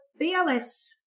BLS